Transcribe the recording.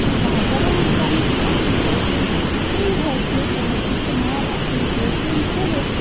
کانٛہہ زبان سمٕج یی اَصٕل پٲٹھۍ سُے ہٮ۪کہِ تَمیُک اِستعمال اَصٕل پٲٹھۍ کٔرِتھ